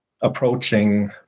approaching